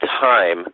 time